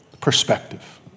perspective